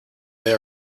they